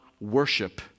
worship